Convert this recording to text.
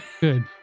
Good